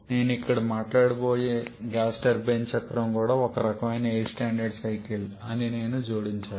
నేను ఇక్కడ మాట్లాడబోయే గ్యాస్ టర్బైన్ చక్రం కూడా ఒక రకమైన ఎయిర్ స్టాండర్డ్ సైకిల్స్ అని నేను జోడించాలి